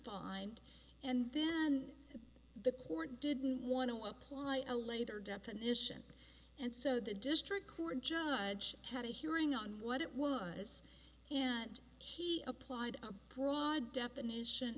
defined and then the court didn't want to apply a later definition and so the district court judge had a hearing on what it was and he applied a broad definition